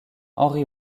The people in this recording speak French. henri